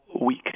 week